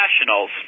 Nationals